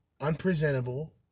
unpresentable